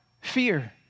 fear